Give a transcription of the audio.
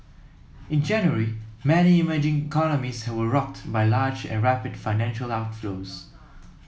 in January many emerging economies were rocked by large and rapid financial outflows